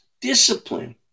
discipline